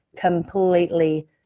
completely